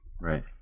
Right